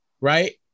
right